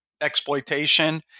exploitation